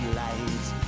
lights